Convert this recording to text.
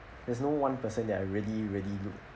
there's no one person that I really really look up